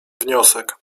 wniosek